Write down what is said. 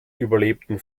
überlebten